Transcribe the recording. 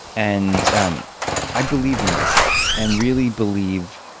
and um i believe in myself and really believe